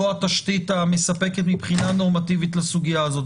התשתית המספקת מבחינה נורמטיבית לסוגיה הזאת,